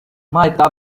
might